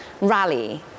rally